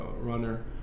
runner